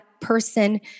person